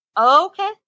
Okay